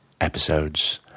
episodes